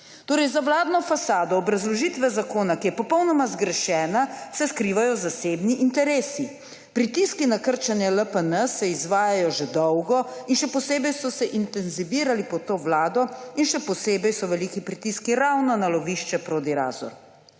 Torej za vladno fasado obrazložitve zakona, ki je popolnoma zgrešena, se skrivajo zasebni interesi. Pritiski na krčenje LPN se izvajajo že dolgo in še posebej so se intenzivirali pod to vlado. Še posebej pa so veliki pritiski ravno na lovišče Prodi-Razor.